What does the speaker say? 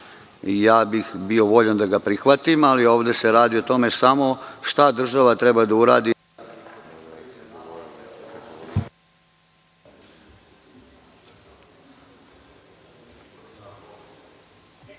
bio bih voljan da ga prihvatim, ali ovde se radi o tome šta država treba da uradi